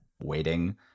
waiting